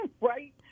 right